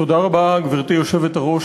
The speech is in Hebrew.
תודה רבה, גברתי היושבת-ראש.